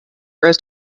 rose